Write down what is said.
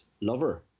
lover